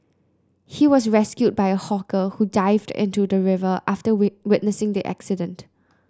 he was rescued by a hawker who dived into the river after witnessing the accident